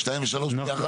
2 ו-3 ביחד.